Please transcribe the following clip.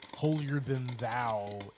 holier-than-thou